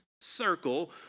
circle